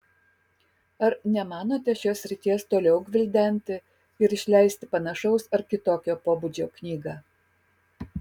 ar nemanote šios srities toliau gvildenti ir išleisti panašaus ar kitokio pobūdžio knygą